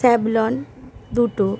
Savlon দুটো